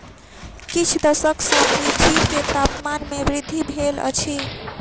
किछ दशक सॅ पृथ्वी के तापमान में वृद्धि भेल अछि